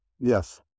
Yes